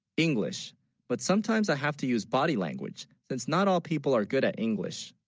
english but sometimes i have to use body language since not all people are good at. english